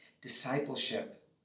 Discipleship